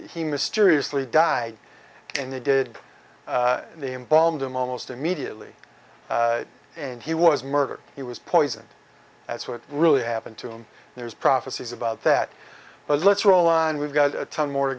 he mysteriously died and they did the embalmed i'm almost immediately and he was murdered he was poisoned that's what really happened to him there's prophecies about that but let's roll on we've got a ton more to